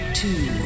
two